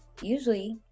usually